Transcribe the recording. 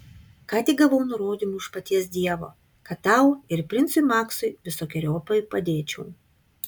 ką tik gavau nurodymų iš paties dievo kad tau ir princui maksui visokeriopai padėčiau